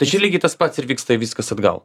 tai čia lygiai tas pats ir vyksta viskas atgal